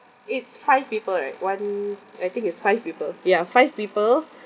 it's five people right one I think it's five people ya five people